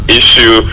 issue